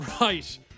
Right